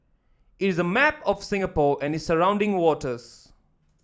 it is a map of Singapore and its surrounding waters